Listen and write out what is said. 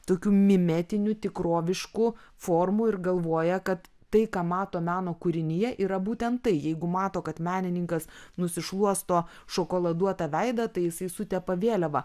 tokių mimetinių tikroviškų formų ir galvoja kad tai ką mato meno kūrinyje yra būtent tai jeigu mato kad menininkas nusišluosto šokoladuotą veidą tai jisai sutepa vėliavą